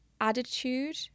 Attitude